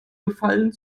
gefallen